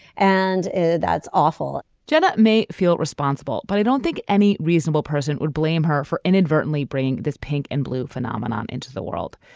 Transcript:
and and that's awful jenna may feel responsible but i don't think any reasonable person would blame her for inadvertently bringing this pink and blue phenomenon into the world.